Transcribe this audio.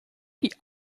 die